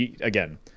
again